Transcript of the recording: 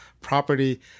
property